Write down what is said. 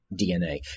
DNA